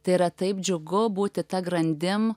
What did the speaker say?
tai yra taip džiugu būti ta grandim